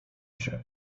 się